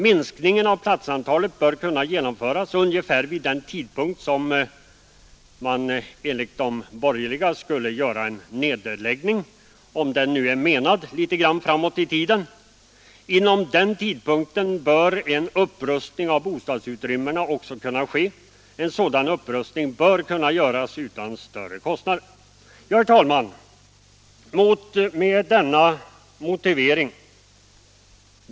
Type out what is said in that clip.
Minskningen av platsantalet bör kunna genomföras ungefär vid den tidpunkt — om nu denna är menad litet framåt i tiden — då de borgerliga har för avsikt att göra en nedläggning.